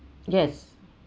yes